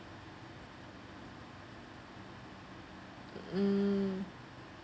mm